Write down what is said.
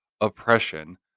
oppression